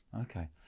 Okay